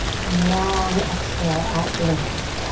and long exhale out through the mouth.